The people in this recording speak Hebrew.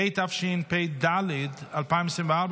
התשפ"ה 2024,